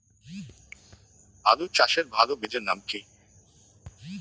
আলু চাষের ভালো বীজের নাম কি?